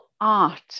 art